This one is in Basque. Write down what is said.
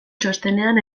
txostenean